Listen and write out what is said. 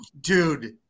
Dude